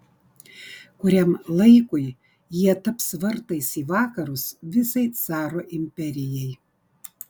kuriam laikui jie taps vartais į vakarus visai caro imperijai